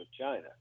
China